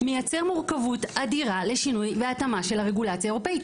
מייצר מורכבות אדירה לשינוי והתאמה של הרגולציה האירופאית.